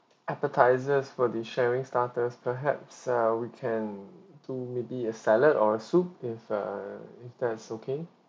appetizers for the sharing starters perhaps uh we can do maybe a salad or a soup if err if that is okay